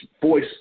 voice